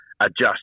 adjust